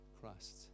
Christ